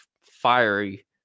fiery